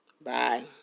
Bye